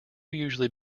usually